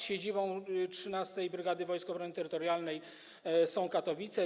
Siedzibą 13. brygady Wojsk Obrony Terytorialnej są Katowice.